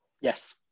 Yes